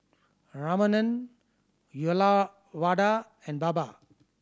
Ramanand Uyyalawada and Baba